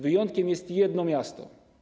Wyjątkiem jest jedno miasto.